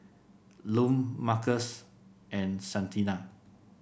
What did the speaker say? Lum Marcos and Santina